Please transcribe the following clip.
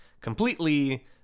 completely